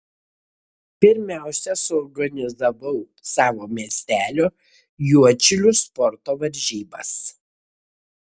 pirmiausia suorganizavau savo miestelio juodšilių sporto varžybas